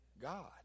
God